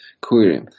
query